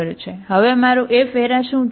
છે હવે મારું F શું છે